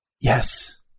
Yes